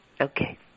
Okay